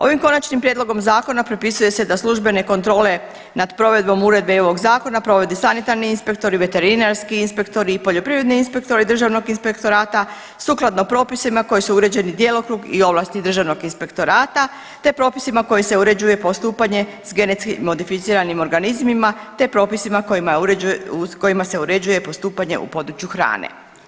Ovim konačnim prijedlogom zakona propisuje se da službene kontrole nad provedbom uredbe EU ovog zakona provodi sanitarni inspektori, veterinarski inspektori i poljoprivredni inspektori državnog inspektorata sukladno propisima kojima su uređeni djelokrug i ovlasti državnog inspektorata, te propisima kojima se uređuje postupanje s GMO, te propisima kojima se uređuje postupanje u području hrane.